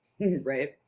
Right